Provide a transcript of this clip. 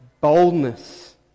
boldness